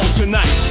tonight